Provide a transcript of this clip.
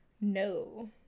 No